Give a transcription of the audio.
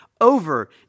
over